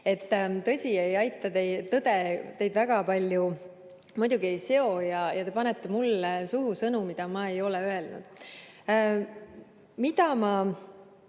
Tõde teid väga palju muidugi ei seo ja te panete mulle suhu sõnu, mida ma ei ole öelnud.